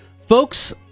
folks